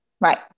Right